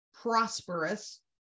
prosperous